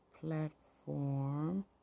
platform